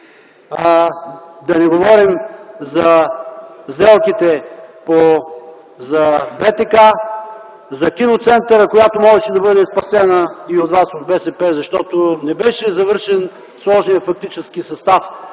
Да не говорим за сделките за БТК, за Киноцентъра, която можеше да бъде спасена и от вас – от БСП, защото не беше завършен сложния фактически състав